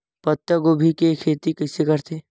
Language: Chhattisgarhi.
पत्तागोभी के खेती कइसे करथे?